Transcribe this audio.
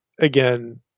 again